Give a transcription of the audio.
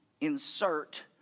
insert